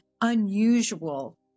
unusual